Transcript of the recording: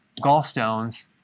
gallstones